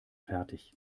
fertig